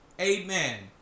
Amen